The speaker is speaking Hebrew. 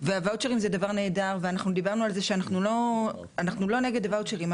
והוואוצ'רים זה דבר נהדר ואנחנו דיברנו על זה שאנחנו לא נגד הוואוצ'רים,